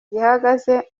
gihagaze